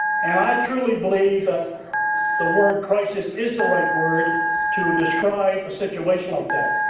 and i truly believe that the word crisis is the right word to describe a situation like that.